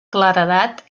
claredat